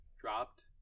dropped